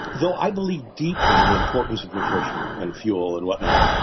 though i believe deeply in the importance of nutrition and fuel and whatnot,